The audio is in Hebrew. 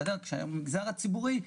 לעומת המגזר הציבורי,